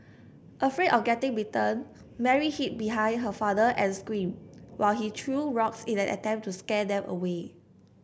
afraid of getting bitten Mary hid behind her father and screamed while he threw rocks in an attempt to scare them away